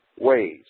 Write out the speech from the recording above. ways